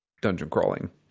dungeon-crawling